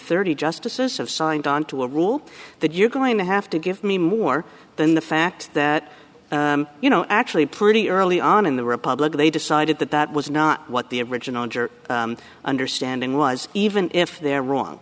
thirty justices have signed on to a rule that you're going to have to give me more than the fact that you know actually pretty early on in the republic they decided that that was not what the original ger understanding was even if they're wrong